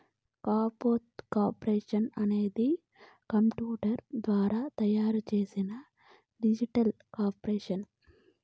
cryptocurrency అనేది computer ద్వారా తయారు చేసిన డిజిటల్ కరెన్సీ